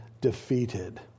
defeated